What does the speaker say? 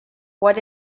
what